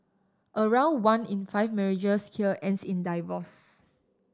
around one in five marriages here ends in divorce